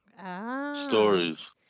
Stories